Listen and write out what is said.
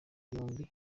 yombi